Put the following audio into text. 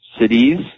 cities